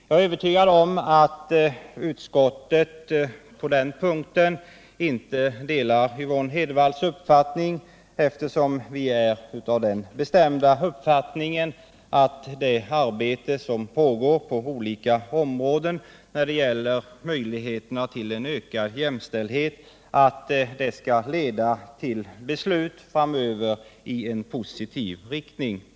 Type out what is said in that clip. Jag är dock övertygad om att utskottet på den punkten inte delar hennes uppfattning, eftersom vi har den bestämda meningen att det arbete som pågår på olika områden när det gäller möjligheterna till ökad jämställdhet skall leda till beslut i positiv riktning framöver.